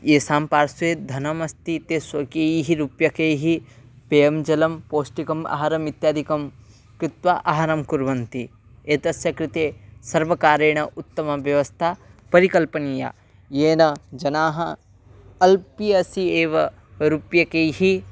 येषां पार्श्वे धनमस्ति ते स्वकीयैः रूप्यकैः पेयं जलं पौष्टिकम् आहारम् इत्यादिकं कृत्वा आहारं कुर्वन्ति एतस्य कृते सर्वकारेण उत्तम व्यवस्था परिकल्पनीया येन जनाः अल्पीयसि एव रूप्यकैः